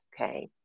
Okay